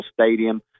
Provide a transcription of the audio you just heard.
stadium